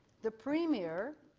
the premier